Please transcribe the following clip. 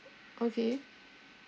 okay